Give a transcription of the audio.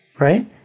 right